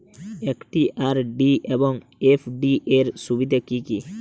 একটি আর.ডি এবং এফ.ডি এর সুবিধা কি কি?